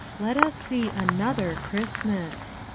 let us see another christmas!